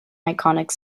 iconic